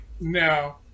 no